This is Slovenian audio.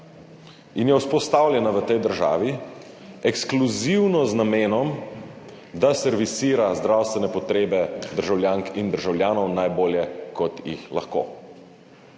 in je vzpostavljena v tej državi ekskluzivno z namenom, da servisira zdravstvene potrebe državljank in državljanov najbolje, kolikor jih lahko.